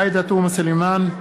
עאידה תומא סלימאן,